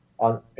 On